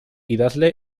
idazle